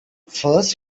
first